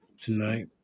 tonight